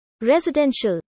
Residential